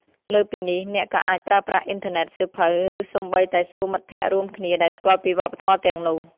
លើសពីនេះ អ្នកក៏អាចប្រើប្រាស់អ៊ីនធឺណិត សៀវភៅ ឬសូម្បីតែសួរមិត្តភក្តិរួមគ្នាដែលស្គាល់ពីវប្បធម៌ទាំងនោះ។